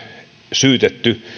syytetty